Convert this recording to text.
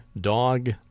dog